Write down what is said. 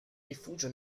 rifugia